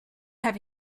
have